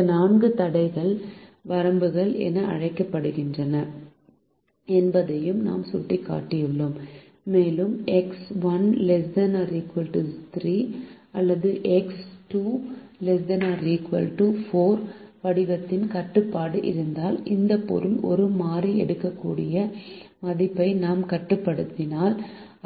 இந்த 4 தடைகள் வரம்புகள் என அழைக்கப்படுகின்றன என்பதையும் நான் சுட்டிக்காட்டியுள்ளேன் மேலும் எக்ஸ் 1 ≤ 3 அல்லது எக்ஸ் 2 ≤ 4 வடிவத்தின் கட்டுப்பாடு இருந்தால் இதன் பொருள் ஒரு மாறி எடுக்கக்கூடிய மதிப்பை நாம் கட்டுப்படுத்தினால்